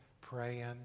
praying